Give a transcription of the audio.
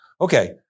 okay